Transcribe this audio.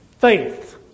faith